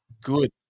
Good